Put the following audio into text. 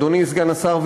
אדוני סגן השר,